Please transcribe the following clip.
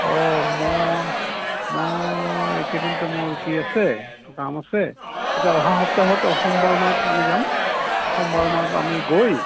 অঁ মই মই এইকেইদিনটো মোৰ কি আছে কাম আছে এতিয়া অহা সপ্তাহত সোমবাৰ মানত আমি যাম সোমবাৰ মানত আমি গৈ